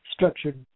structured